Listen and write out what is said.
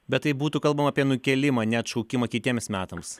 bet tai būtų kalbama apie nukėlimą neatšaukimą kitiems metams